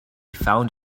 found